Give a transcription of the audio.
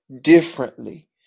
differently